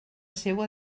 seua